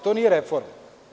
To nije reforma.